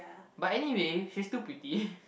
but anyway she's still pretty